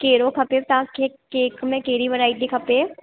कहिड़ो खपे तव्हांखे केक में कहिड़ी वैरायटी खपे